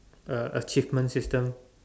uh achievement system